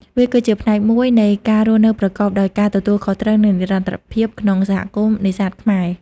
វាគឺជាផ្នែកមួយនៃការរស់នៅប្រកបដោយការទទួលខុសត្រូវ និងនិរន្តរភាពក្នុងសហគមន៍នេសាទខ្មែរ។